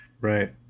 Right